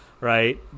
right